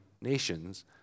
nations